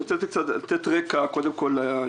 אני רוצה לתת רקע לעניין.